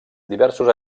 diversos